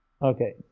Okay